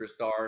superstar